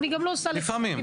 לפעמים.